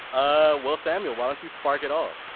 ah well, samuel, why don't you start it off?